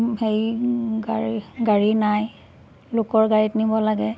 হেৰি গাড়ী গাড়ী নাই লোকৰ গাড়ীত নিব লাগে